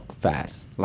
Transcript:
fast